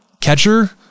catcher